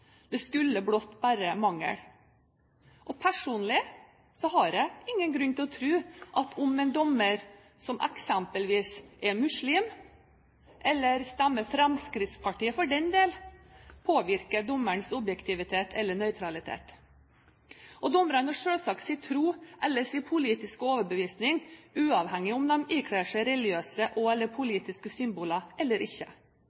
Det skulle blott bare mangle! Personlig har jeg ingen grunn til å tro at det at en dommer eksempelvis er muslim – eller stemmer Fremskrittspartiet for den del – påvirker hans objektivitet eller nøytralitet. Dommere har selvsagt sin tro eller sin politiske overbevisning uavhengig av om de ikler seg religiøse og/eller politiske symboler eller ikke.